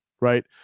right